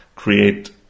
create